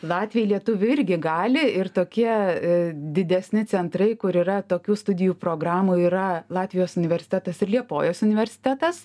latviai lietuvių irgi gali ir tokie didesni centrai kur yra tokių studijų programų yra latvijos universitetas liepojos universitetas